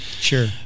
sure